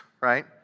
right